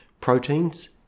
proteins